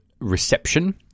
reception